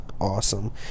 awesome